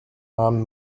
nahm